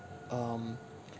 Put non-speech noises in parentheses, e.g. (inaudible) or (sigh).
um (noise)